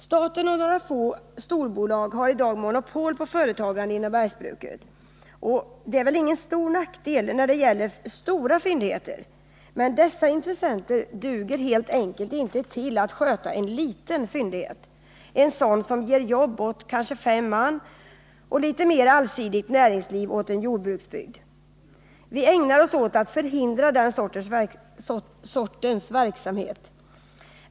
Staten och några få storbolag har i dag monopol på företagande inom bergsbruket. Det är ingen stor nackdel när det gäller stora fyndigheter, men dessa intressenter duger helt enkelt inte till att sköta en liten fyndighet, en sådan som ger jobb åt kanske fem man och litet mer allsidigt näringsliv åt en jordbruksbygd. Vi ägnar oss åt att förhindra den sortens verksamhet.